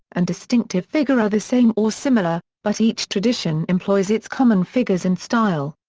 and distinctive figure are the same or similar, but each tradition employs its common figures and style.